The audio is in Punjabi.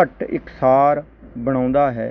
ਘੱਟ ਇਕਸਾਰ ਬਣਾਉਂਦਾ ਹੈ